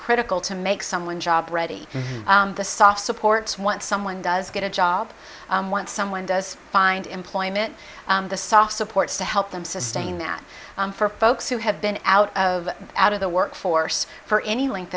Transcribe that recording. critical to make someone job ready the soft supports once someone does get a job when someone does find employment the saw supports to help them sustain that for folks who have been out of out of the workforce for any length